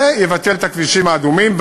זה יבטל את הכבישים האדומים.